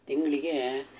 ತಿಂಗಳಿಗೇ